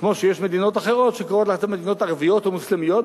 כמו שיש מדינות אחרות שקוראות לעצמן "מדינות ערביות" או "מוסלמיות",